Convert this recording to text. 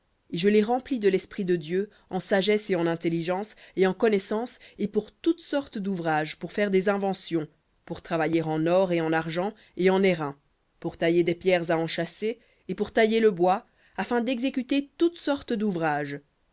je l'ai rempli de l'esprit de dieu en sagesse et en intelligence et en connaissance et pour toute espèce douvrages et pour faire des inventions pour travailler en or et en argent et en airain et pour tailler des pierres à enchâsser et pour tailler le bois afin d'exécuter toutes sortes d'ouvrages